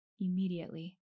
immediately